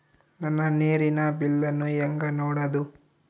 ನನ್ನ ನೇರಿನ ಬಿಲ್ಲನ್ನು ಹೆಂಗ ನೋಡದು?